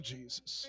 Jesus